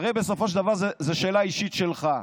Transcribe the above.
הרי בסופו של דבר זו שאלה אישית שלך.